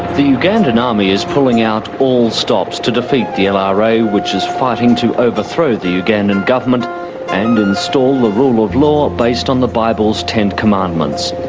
the ugandan army is pulling out all stops to defeat the lra, which is fighting to overthrow the ugandan government and install the rule of law based on the bible's ten commandments.